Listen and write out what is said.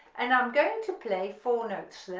and i'm going to play four notes